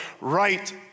right